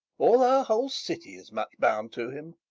all our whole city is much bound to him.